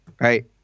Right